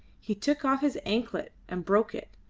he took off his anklet and broke it,